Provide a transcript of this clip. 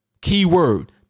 keyword